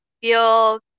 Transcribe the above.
feel